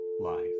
life